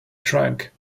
trunk